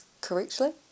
correctly